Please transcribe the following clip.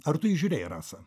ar tu jį žiūrėjai rasą